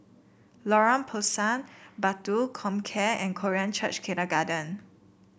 Lorong Pisang Batu Comcare and Korean Church Kindergarten